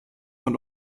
und